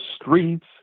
streets